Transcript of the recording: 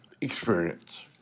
experience